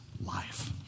life